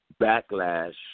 backlash